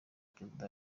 perezida